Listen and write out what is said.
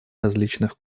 различных